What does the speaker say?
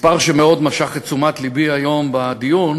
מספר שמשך מאוד את תשומת לבי היום בדיון,